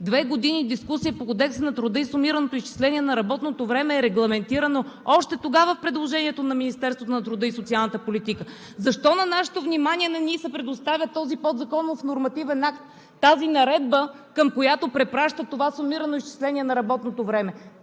две години дискусия по Кодекса на труда, и сумираното изчисление на работното време е регламентирано още тогава в предложението на Министерството на труда и социалната политика – защо на нашето внимание не ни се предоставя този подзаконов нормативен акт, тази наредба, към която препраща това сумирано изчисление на работното време?